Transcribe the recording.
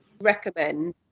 recommend